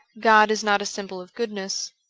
god is not a symbol of goodness.